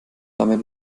damit